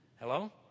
Hello